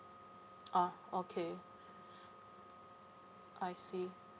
ah okay I see